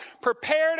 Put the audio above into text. prepared